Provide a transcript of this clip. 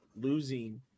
losing